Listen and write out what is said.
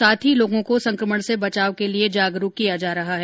साथ ही लोगों को संकमण से बचाव के लिए जागरूक किया जा रहा है